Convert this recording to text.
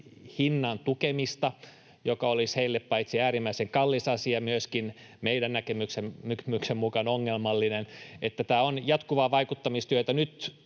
hinnan tukemista, joka olisi paitsi heille äärimmäisen kallis asia myöskin meidän näkemyksen mukaan ongelmallinen. Niin että tämä on jatkuvaa vaikuttamistyötä. Nyt